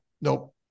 nope